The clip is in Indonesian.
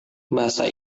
bahasa